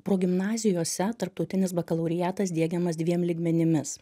progimnazijose tarptautinis bakalaureatas diegiamas dviem lygmenimis